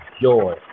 joy